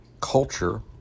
culture